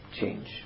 change